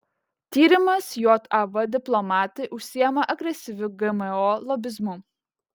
tyrimas jav diplomatai užsiima agresyviu gmo lobizmu